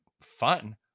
fun